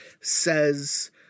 says